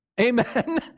Amen